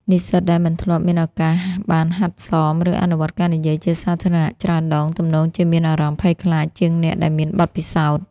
និស្សិតដែលមិនធ្លាប់មានឱកាសបានហាត់សម ឬអនុវត្តការនិយាយជាសាធារណៈច្រើនដង ទំនងជាមានអារម្មណ៍ភ័យខ្លាចជាងអ្នកដែលមានបទពិសោធន៍។